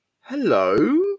Hello